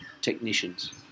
technicians